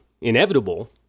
inevitable